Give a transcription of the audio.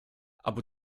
abu